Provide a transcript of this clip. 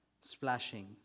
splashing